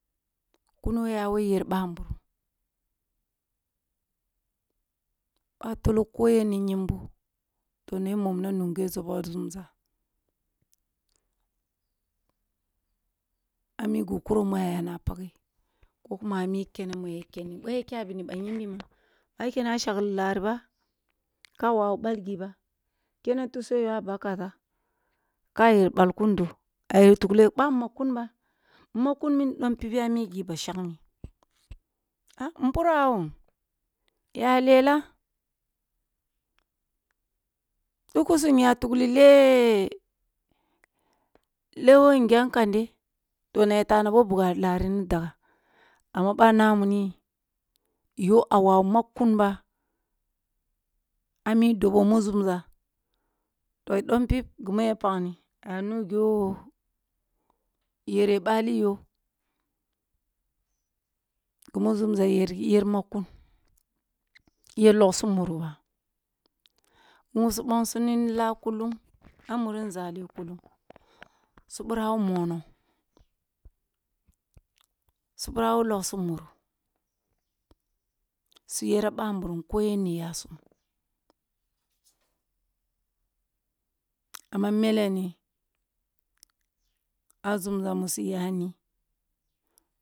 Kuno ya wo yar ɓamburum boh a tele ko yen ni yimbo toh ya mumna nunge dobo nzumza, ami ghu kuro mu a ya na pa ghe ko kuma a mi kene mu ya kenni, ɓoh ya kyah bini ba yimbi ma ya kene shakli lah ri ba ka wawu ɓah makkun ba, makkun mi mid om pip ya mi ghi ba shangme ah mpurawun, ya lela, dukusum nya tukli leh leh wo nghem ka nde toh yara tah na ɓoh a nah wuni yo a makkun ba a mi doho mu nzuza toh dom pip ghi mu paghni aya nungho yere ɓaliyo, ghi mu nzemza yere, yar makkun yar inghsiuru ba, mu su bongsini lah kullung, a muri nzali kullung su ɓira wo mono, su bira wo lughai muru, su yara ɓambmum ko yenni ya sum amma mele ni a nzumza mu su ya ni.